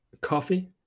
coffee